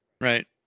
right